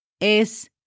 es